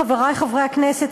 חברי חברי הכנסת,